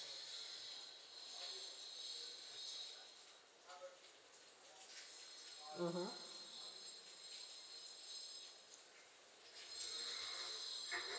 mmhmm